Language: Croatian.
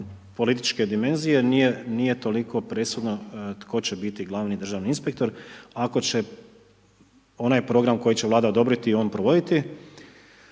političke dimenzije, nije toliko presudno tko će biti glavni državni inspektor ako će onaj program koji će Vlada odobriti on provoditi.